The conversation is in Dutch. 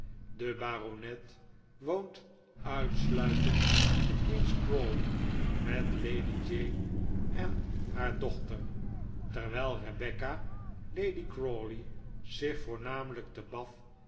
de baronet woont uitsluitend te queen's crawley met lady jane en haar dochter terwijl rebecca lady crawley zich voornamelijk